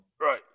right